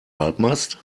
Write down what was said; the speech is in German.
halbmast